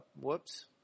Whoops